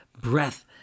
breath